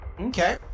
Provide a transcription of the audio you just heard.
Okay